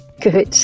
Good